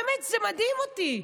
באמת, זה מדהים אותי.